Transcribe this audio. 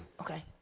Okay